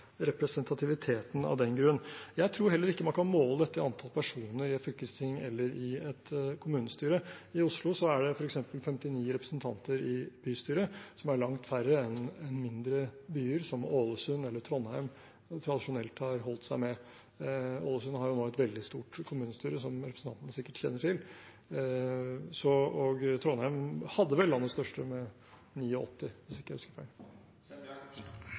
representativiteten av den grunn. Jeg tror heller ikke man kan måle dette i antallet personer i et fylkesting eller et kommunestyre. I Oslo er det f.eks. 59 representanter i bystyret, noe som er langt færre enn mindre byer som Ålesund og Trondheim tradisjonelt har holdt seg med. Ålesund har jo nå et veldig stort kommunestyre, som representanten sikkert kjenner til, og Trondheim hadde vel landets største med